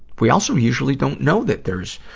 we also usually don't know that there's